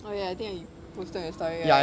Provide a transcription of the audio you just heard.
oh ya ya I think you posted on your story right